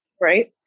Right